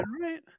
right